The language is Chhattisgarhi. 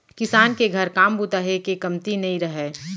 किसान के घर काम बूता हे के कमती नइ रहय